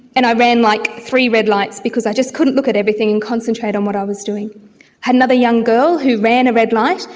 and i ran, like, three red lights because i just couldn't look at everything and concentrate on what i was doing. i had another young girl who ran a red light,